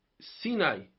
Sinai